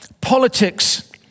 politics